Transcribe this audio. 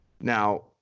Now